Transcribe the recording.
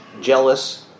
jealous